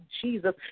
Jesus